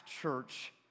church